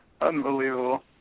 Unbelievable